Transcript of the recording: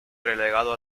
relegado